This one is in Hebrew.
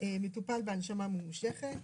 מטופל בהנשמה ממושכת.